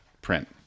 Print